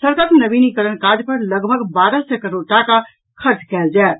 सड़कक नवीनीकरण काज पर लगभग बारह सय करोड़ टाका खर्च कयल जायत